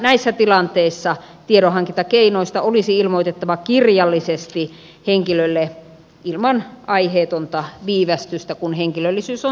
näissä tilanteissa tiedonhankintakeinoista olisi ilmoitettava kirjallisesti henkilölle ilman aiheetonta viivästystä kun henkilöllisyys on selvinnyt